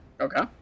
Okay